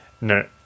no